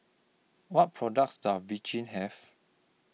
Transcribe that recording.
What products Does Vichy Have